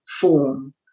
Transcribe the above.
form